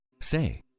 Say